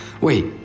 Wait